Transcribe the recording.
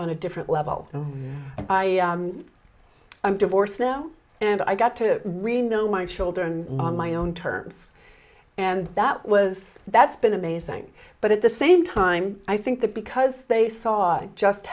on a different level and i'm divorced now and i got to really know my children on my own terms and that was that's been amazing but at the same time i think that because they saw just